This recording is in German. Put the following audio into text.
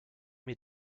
mir